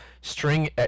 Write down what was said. string